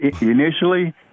initially